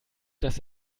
dass